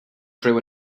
drew